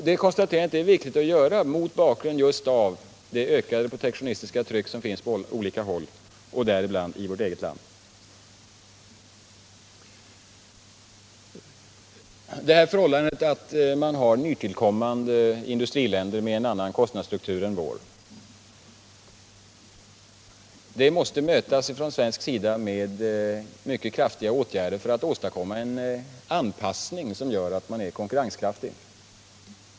Det konstaterandet är viktigt att göra mot bakgrunden just av det ökade protektionistiska tryck som finns på olika håll, bl.a. i vårt eget land. Det förhållandet att nytillkommande industriländer har en annan kostnadsstruktur än vår måste från svensk sida mötas med mycket kraftiga åtgärder för att åstadkomma en anpassning som gör att Sverige blir konkurrenskraftigt.